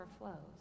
overflows